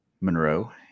Monroe